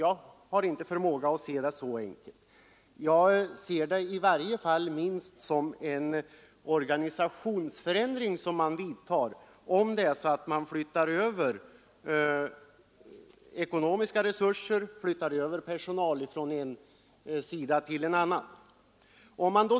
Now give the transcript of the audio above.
Jag har inte förmåga att göra så; jag ser det i varje fall minst som en organisationsförändring, om man flyttar över ekonomiska resurser och personal från en sida till en annan.